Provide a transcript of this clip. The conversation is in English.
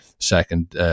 second